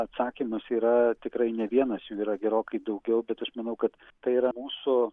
atsakymas yra tikrai ne vienas jų yra gerokai daugiau bet aš manau kad tai yra mūsų